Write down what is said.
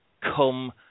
come